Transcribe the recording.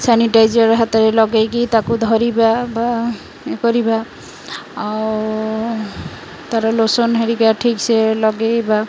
sanitiser ହାତରେ ଲଗାଇକି ତାକୁ ଧରିବା ବା ଇଏ କରିବା ଆଉ ତା'ର ଲୋସନ୍ ହେରିକା ଠିକସେ ଲଗାଇବା